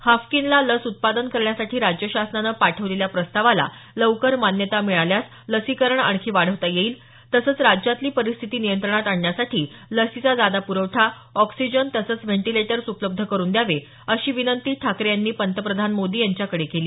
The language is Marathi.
हाफकिनला लस उत्पादन करण्यासाठी राज्य शासनानं पाठवलेल्या प्रस्तावाला लवकर मान्यता मिळाल्यास लसीकरण आणखी वाढवता येईल तसंच राज्यातली परिस्थिती नियंत्रणात आणण्यासाठी लसीचा जादा पुरवठा ऑक्सीजन तसेच व्हेंटीलेटर्स उपलब्ध करून द्यावे अशी विनंती ठाकरे यांनी पंतप्रधान मोदी यांच्याकडे केली